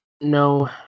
No